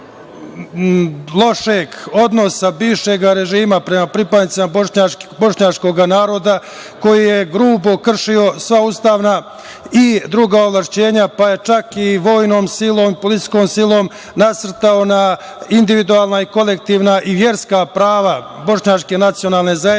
lošeg odnosa bivšeg režima prema pripadnicima bošnjačkog naroda koji je grubo kršio sva ustavna i druga ovlašćenja, pa je čak i vojnom, policijskom silo nasrtao na individualna, kolektivna i verska prava bošnjačke nacionalne zajednice,